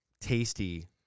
tasty